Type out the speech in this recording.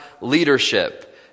leadership